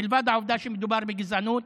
מלבד העובדה שמדובר בגזענות,